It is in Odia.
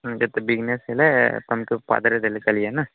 ଯେତେ ବିଜ୍ନେସ୍ ହେଲେ ତମ ତ ପାଦରେ ଦେଲେ ଚାଲିବେ ନା